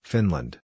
Finland